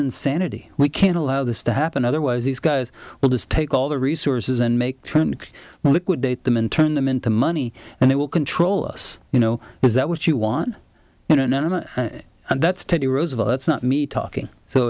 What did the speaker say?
insanity we can't allow this to happen otherwise these guys will just take all the resources and make trying to liquidate them and turn them into money and it will control us you know is that what you want in an enema and that's teddy roosevelt that's not me talking so